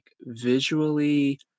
visually